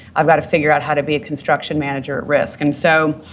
i've got to figure out how to be a construction manager at risk. and so,